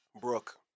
Brooke